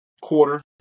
quarter